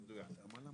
זה מדויק.